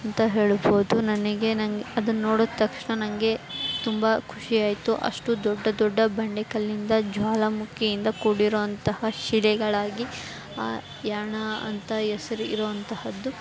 ಅಂತ ಹೇಳ್ಬೋದು ನನಗೆ ನಂಗೆ ಅದನ್ನು ನೋಡಿದ ತಕ್ಷಣ ನನಗೆ ತುಂಬ ಖುಷಿಯಾಯಿತು ಅಷ್ಟು ದೊಡ್ಡ ದೊಡ್ಡ ಬಂಡೆ ಕಲ್ಲಿಂದ ಜ್ವಾಲಾಮುಖಿಯಿಂದ ಕೂಡಿರುವಂತಹ ಶಿಲೆಗಳಾಗಿ ಆ ಯಾಣ ಅಂತ ಹೆಸ್ರು ಇರುವಂತಹದ್ದು